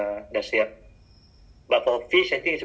fry the chi~ eh fry the fish first right